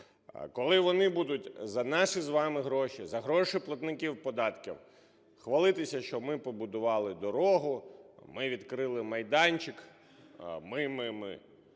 Коли вони будуть за наші з вами гроші, за гроші платників податків хвалитися, що ми побудували дорогу, ми відкрили майданчик, ми, ми, ми…